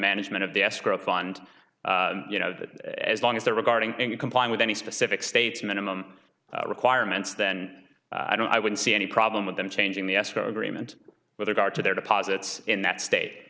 management of the escrow fund you know that as long as they're regarding and complying with any specific states minimum requirements then i don't i would see any problem with them changing the escrow agreement with regard to their deposits in that state